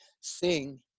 sing